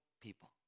people